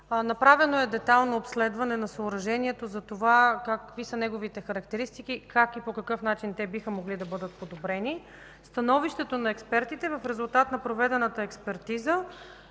Направено е детайлно обследване на съоръжението за това какви са неговите характеристики, как и по какъв начин те биха могли да бъдат подобрени. Становището на експертите в резултат на проведената експертиза